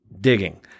digging